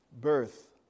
birth